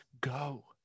go